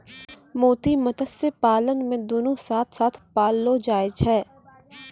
मोती मत्स्य पालन मे दुनु साथ साथ पाललो जाय छै